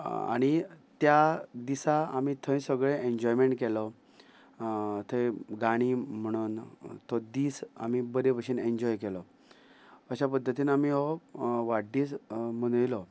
आनी त्या दिसा आमी थंय सगळे एन्जॉयमेंट केलो थंय गाणी म्हणून तो दीस आमी बरे भशेन एन्जॉय केलो अश्या पद्दतीन आमी हो वाडदीस मनयलो